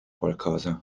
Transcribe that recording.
qualcosa